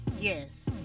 yes